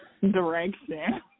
Direction